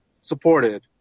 supported